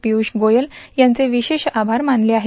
पीयूष गोयल यांचं विशेष आभार मानले आहेत